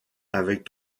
avec